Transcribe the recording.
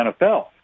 NFL